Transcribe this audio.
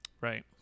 Right